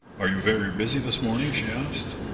are you very busy this morning? she asked.